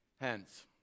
hence